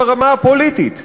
ברמה הפוליטית,